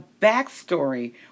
backstory